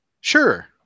Sure